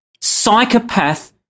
psychopath-